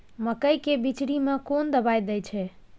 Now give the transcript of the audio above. मकई के बिचरी में कोन दवाई दे छै?